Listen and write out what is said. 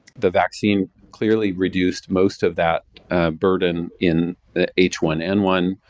the vaccine clearly reduced most of that burden in the h one n one,